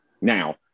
Now